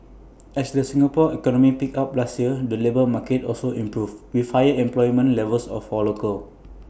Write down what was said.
as the Singapore economy picked up last year the labour market also improved with higher employment levels A for locals